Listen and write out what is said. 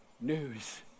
news